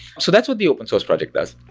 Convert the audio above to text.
so that's what the open source project does.